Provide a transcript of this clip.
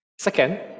Second